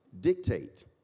Dictate